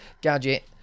gadget